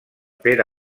pere